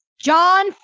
John